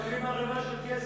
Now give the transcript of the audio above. הרי הם מקבלים ערמה של כסף.